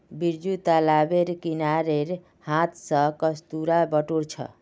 बिरजू तालाबेर किनारेर हांथ स कस्तूरा बटोर छ